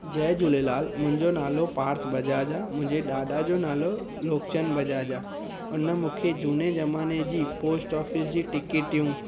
जय झूलेलाल मुंहिंजो नालो पार्थ बजाज आहे मुंहिंजे ॾाॾा जो नालो लोकचंद बजाज आहे हुन मूंखे झूने ज़माने जी पोस्ट ऑफिस जी टिकेटियूं